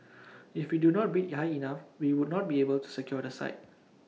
if we do not bid high enough we would not be able to secure the site